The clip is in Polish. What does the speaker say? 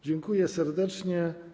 Dziękuję serdecznie.